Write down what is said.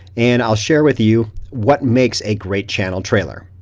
and i'll share with you what makes a great channel trailer.